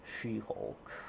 She-Hulk